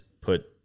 put